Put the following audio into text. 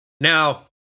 Now